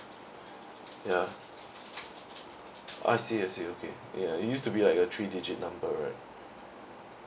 ya I see I see okay ya it used to be like a three digit number right